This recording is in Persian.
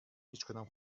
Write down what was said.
هیچکدام